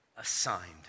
Assigned